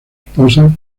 esposa